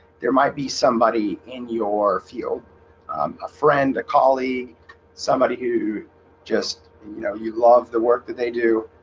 there might be somebody in your field a friend a colleague somebody who just you know, you love the work that they do